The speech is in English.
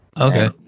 Okay